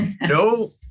no